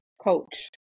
coach